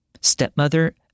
Stepmother